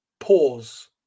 pause